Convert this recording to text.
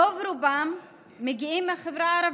רוב-רובם מגיעים מהחברה הערבית.